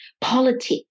politics